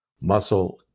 muscle